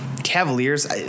Cavaliers